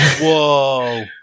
Whoa